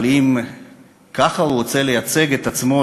אבל אם ככה הוא רוצה לייצג את עצמו,